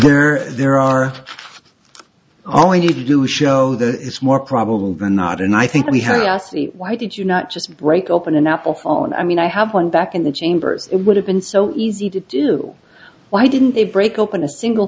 there there are all i need to show that it's more probable than not and i think we have why did you not just break open an apple on i mean i have one back in the chambers it would have been so easy to do why didn't they break open a single